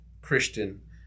Christian